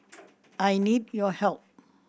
I need your help